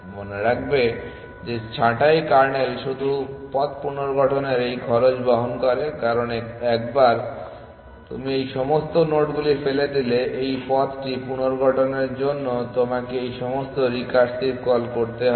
মনে রাখবে যে ছাঁটাই কার্নেল শুধু পথ পুনর্গঠনের এই খরচ বহন করে কারণ একবার তুমি এই সমস্ত নোডগুলি ফেলে দিলে এই পথটি পুনর্গঠনের জন্য তোমাকে এই সমস্ত রিকার্সিভ কল করতে হবে